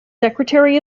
secretary